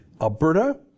Alberta